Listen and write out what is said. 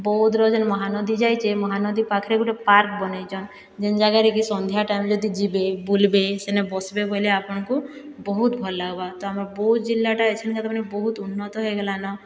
ବୌଦ୍ଧର ଯେନ୍ ମହାନଦୀ ଯାଇଛେ ମହାନଦୀ ପାଖରେ ଗୋଟିଏ ପାର୍କ ବନାଇଛନ୍ ଯେନ୍ ଜାଗାରେ କି ସନ୍ଧ୍ୟା ଟାଇମରେ ଯଦି ଯିବେ ବୁଲ୍ବେ ସେନେ ବସ୍ବେ ବୋଇଲେ ଆପଣଙ୍କୁ ବହୁତ ଭଲ୍ ଲାଗ୍ବା ତ ଆମର ବୌଦ୍ଧ ଜିଲ୍ଲାଟା ଏଛାନକେ ବହୁତ ଉନ୍ନତ ହୋଇ ଗଲାନ